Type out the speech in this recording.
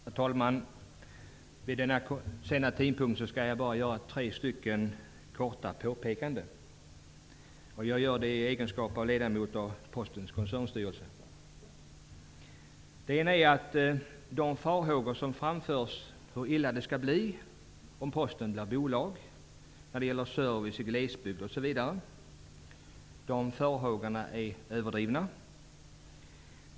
Herr talman! Vid denna sena tidpunkt skall jag bara göra tre korta påpekanden. Jag gör det i egenskap av ledamot av Postens koncernstyrelse. De farhågor som framförs om hur illa det skall bli om Posten blir bolag när det gäller service i glesbygd osv. är överdrivna.